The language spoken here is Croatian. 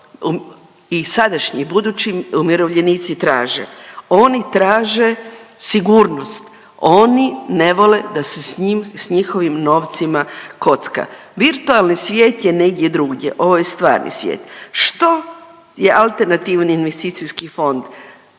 i sadašnji i budući umirovljenici traže, oni traže sigurnost, oni ne vole da se s njim, s njihovim novcima kocka. Virtualni svijet je negdje drugdje, ovo je stvarni svijet. Što je AIF? Naziv sam kaže što je on,